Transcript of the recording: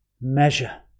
measure